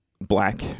black